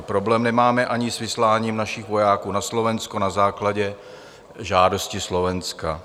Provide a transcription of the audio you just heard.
Problém nemáme ani s vysláním našich vojáků na Slovensko na základě žádosti Slovenska.